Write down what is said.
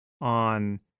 on